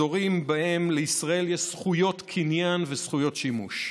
אזורים שבהם לישראל יש זכויות קניין וזכויות שימוש.